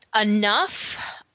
enough –